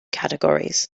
categories